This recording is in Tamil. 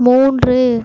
மூன்று